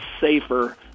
safer